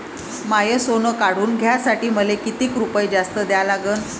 माय सोनं काढून घ्यासाठी मले कितीक रुपये जास्त द्या लागन?